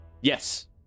Yes